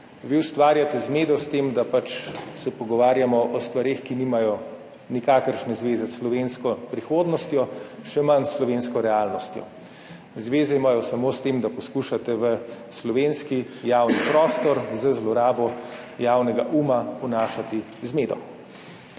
Vi ustvarjate zmedo s tem, da pač se pogovarjamo o stvareh, ki nimajo nikakršne zveze s slovensko prihodnostjo, še manj s slovensko realnostjo. Zveze imajo samo s tem, da poskušate v slovenski javni prostor z zlorabo javnega uma vnašati zmedo.